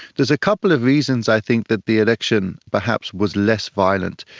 there's a couple of reasons i think that the election perhaps was less violent,